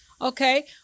Okay